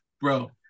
bro